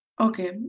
Okay